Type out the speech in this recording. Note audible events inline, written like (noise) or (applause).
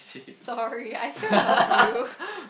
sorry I still love you (laughs)